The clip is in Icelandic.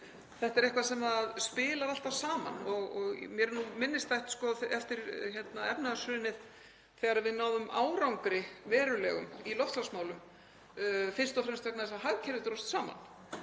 þetta er eitthvað sem spilar alltaf saman. Mér er minnisstætt eftir efnahagshrunið þegar við náðum verulegum árangri í loftslagsmálum, fyrst og fremst vegna þess að hagkerfið dróst saman.